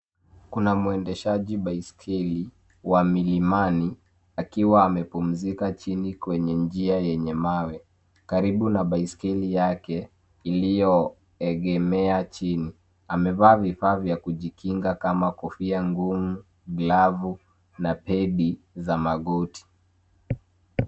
Kuna muendeshaji baiskeli wa milimani akiwa amepumzika chini kwenye njia yenye mawe karibu na baiskeli yake iliyoegemea chini. Amevaa vifaa vya kujikinga kama kofia ngumu, glavu na tedi za magoti.